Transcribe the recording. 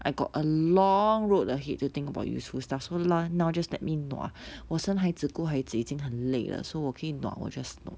I got a long road ahead to think about useful stuffs so now now just let me nua 我生孩子顾孩子已经很累了 so 我可以 nua 我 just nua